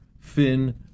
fin